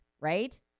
right